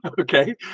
Okay